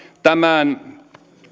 tämän